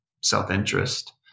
self-interest